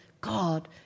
God